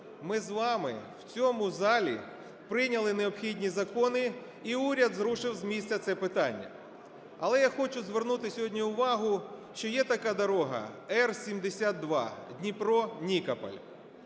ми з вами в цьому залі прийняли необхідні закони і уряд зрушив з місця це питання. Але я хочу звернути сьогодні увагу, що є така дорога Р72 Дніпро-Нікополь.